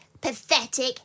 pathetic